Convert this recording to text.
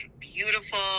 beautiful